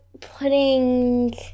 putting